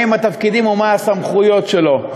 מה הם התפקידים ומה הן הסמכויות שלו.